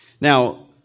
Now